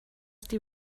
die